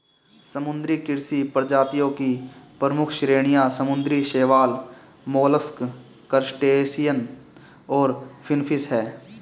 समुद्री कृषि प्रजातियों की प्रमुख श्रेणियां समुद्री शैवाल, मोलस्क, क्रस्टेशियंस और फिनफिश हैं